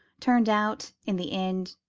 turned out, in the end,